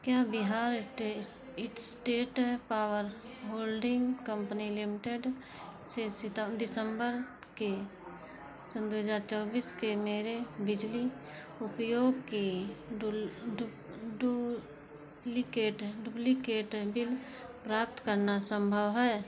क्या Bihar state power holding company limited से दिसंबर के सन दो हज़ार चौबीस के मेरे बिजली उपयोग की डुप्लिकेट बिल प्राप्त करना संभव है